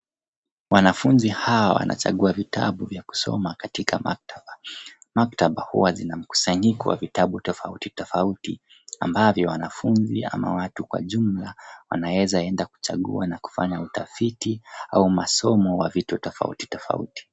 Wanafunzi hawa wanachagua vitabu vya kusoma katika maktaba. Maktaba huwa zina mkusanyiko wa vitabu tofauti tofauti ambavyo wanafunzi ama watu kwa jumla wanaweza enda kuchagua na kufanya utafiti au masomo wa vitu tofauti tofauti.